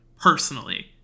Personally